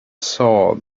saw